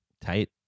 Tight